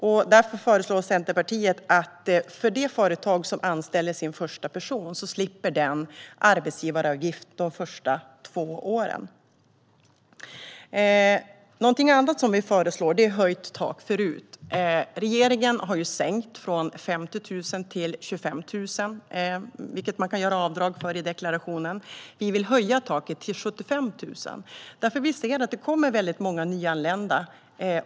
Centerpartiet föreslår därför att företag som anställer sin första person ska slippa betala arbetsgivaravgift de första två åren. Vi föreslår också höjt tak för RUT. Regeringen har sänkt, från 50 000 till 25 000. Vi vill höja taket till 75 000. Det kommer nämligen många nyanlända.